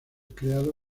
creado